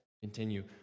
continue